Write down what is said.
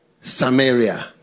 Samaria